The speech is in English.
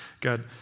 God